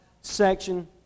section